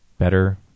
better